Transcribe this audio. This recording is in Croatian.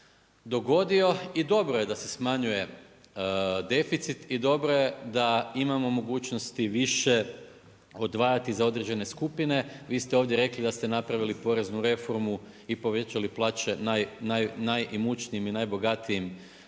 dogodio i dobro je da se smanjuje deficit i dobro je da imamo mogućnost više odvajati za određene skupine. Vi ste ovdje rekli da ste napravili poreznu reformu i povećali plaće najimućnijim i najbogatijim